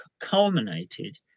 culminated